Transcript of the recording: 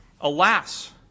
Alas